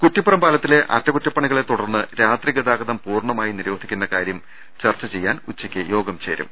കുറ്റിപ്പുറം പാലത്തിലെ അറ്റകുറ്റപ്പണികളെ തുടർന്ന് രാത്രി ഗതാ ഗതം പൂർണമായി നിരോധിക്കുന്ന കാര്യം ചർച്ച ചെയ്യാൻ ഉച്ചക്ക് യോഗം ചേരും